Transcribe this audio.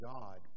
God